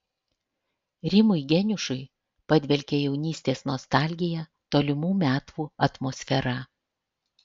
rimui geniušui padvelkia jaunystės nostalgija tolimų metų atmosfera